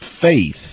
faith